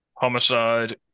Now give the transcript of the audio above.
Homicide